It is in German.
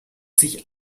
sich